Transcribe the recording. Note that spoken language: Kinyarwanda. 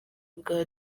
bwa